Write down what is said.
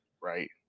right